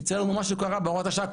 יצא להם כמו מה שקרה בהוראת השעה הקודמת,